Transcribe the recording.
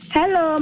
Hello